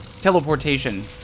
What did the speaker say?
teleportation